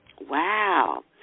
Wow